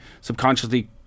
subconsciously